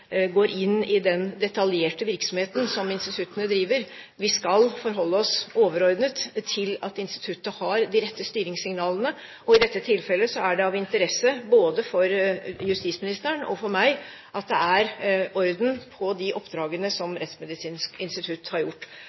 går inn i den detaljerte virksomheten som instituttene driver. Vi skal forholde oss overordnet til at instituttet har de rette styringssignalene. I dette tilfellet er det av interesse både for justisministeren og for meg at det er orden på de oppdragene som Rettsmedisinsk institutt utfører. Jeg har